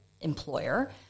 employer